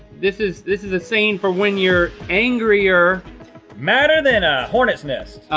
this is this is a saying for when you're angrier madder than a hornets nest.